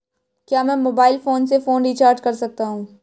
क्या मैं mobile phone से फोन रिचार्ज कर सकता हूं?